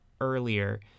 earlier